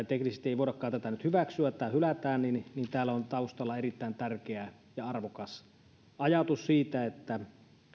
teknisesti ei voidakaan tätä nyt hyväksyä ja tämä hylätään täällä on taustalla erittäin tärkeä ja arvokas ajatus siitä että